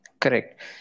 Correct